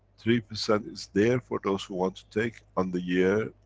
three percent is there for those who want to take on the year,